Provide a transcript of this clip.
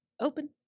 open